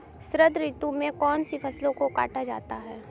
शरद ऋतु में कौन सी फसलों को काटा जाता है?